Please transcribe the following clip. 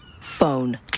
Phone